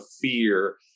fear